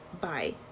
bye